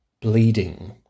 bleeding